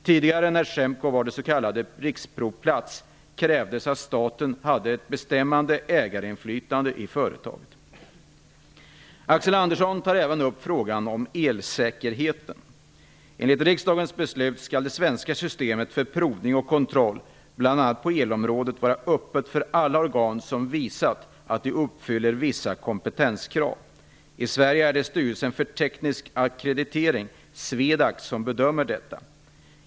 Tidigare, när SEMKO var s.k. riksprovplats, krävdes att staten hade ett bestämmande ägarinflytande i företaget. Axel Andersson tar även upp frågan om elsäkerheten. Enligt riksdagens beslut skall det svenska systemet för provning och kontroll bl.a. på elområdet vara öppet för alla organ som visat att de uppfyller vissa kompetenskrav. I Sverige är det styrelsen för teknisk ackreditering som bedömer detta.